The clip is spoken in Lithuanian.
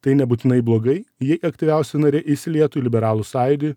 tai nebūtinai blogai jei aktyviausi nariai įsilietų į liberalų sąjūdį